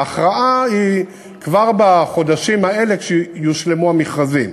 וההכרעה היא כבר בחודשים האלה כשיושלמו המכרזים.